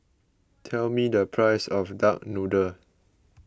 tell me the price of Duck Noodle